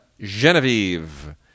Genevieve